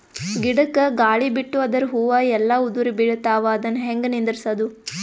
ಗಿಡಕ, ಗಾಳಿ ಬಿಟ್ಟು ಅದರ ಹೂವ ಎಲ್ಲಾ ಉದುರಿಬೀಳತಾವ, ಅದನ್ ಹೆಂಗ ನಿಂದರಸದು?